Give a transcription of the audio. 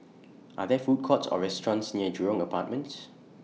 Are There Food Courts Or restaurants near Jurong Apartments